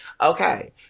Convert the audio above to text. Okay